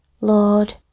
Lord